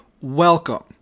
welcome